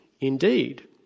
indeed